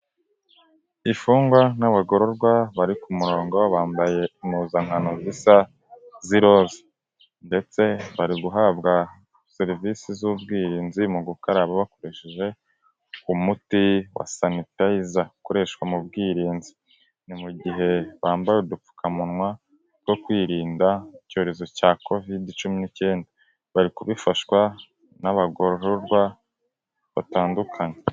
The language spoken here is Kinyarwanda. Imfungwa n'abagororwa bari ku murongo, bambaye impuzankano zisa, z'iroza, ndetse bari guhabwa serivisi z'ubwirinzi mu gukaraba bakoresheje umuti wa sanitayiza ukoreshwa mu bwirinzi, ni mu gihe bambaye udupfukamunwa two kwirinda icyorezo cya Kovide cumi n'icyenda, bari kubifashwa n'abagororwa batandukanye.